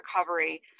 recovery